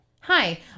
Hi